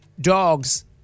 dogs